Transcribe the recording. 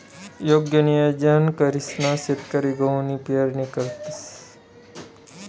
योग्य नियोजन करीसन शेतकरी गहूनी पेरणी करतंस